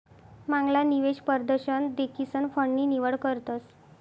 मांगला निवेश परदशन देखीसन फंड नी निवड करतस